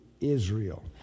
Israel